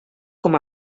com